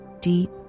deep